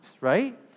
right